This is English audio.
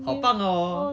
好棒哦